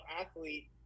athlete